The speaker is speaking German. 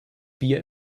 bier